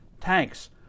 Tanks